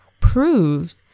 proved